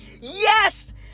Yes